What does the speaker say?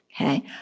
Okay